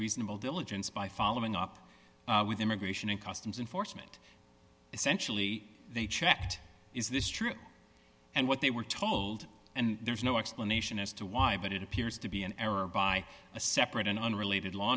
reasonable diligence by following up with immigration and customs enforcement essentially they checked is this true and what they were told and there's no explanation as to why but it appears to be an error by a separate and unrelated law